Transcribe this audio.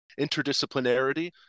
interdisciplinarity